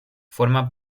forma